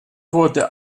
wurde